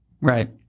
Right